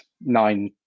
nine